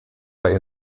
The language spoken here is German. bei